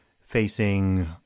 facing